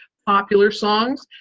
popular songs,